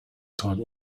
time